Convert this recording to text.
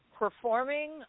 performing